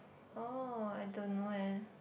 oh I don't know eh